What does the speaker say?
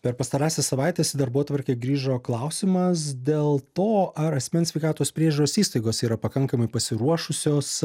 per pastarąsias savaites į darbotvarkę grįžo klausimas dėl to ar asmens sveikatos priežiūros įstaigos yra pakankamai pasiruošusios